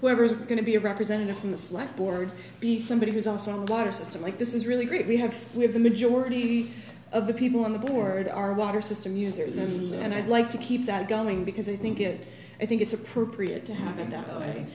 going to be a representative from the slack board be somebody who's also in the water system like this is really great we have we have the majority of the people on the board our water system users and i'd like to keep that going because i think it i think it's appropriate to happen that way